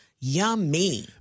yummy